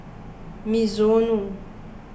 Mizuno